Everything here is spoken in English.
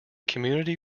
community